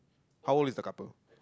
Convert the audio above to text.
how old is the couple